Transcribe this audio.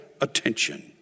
attention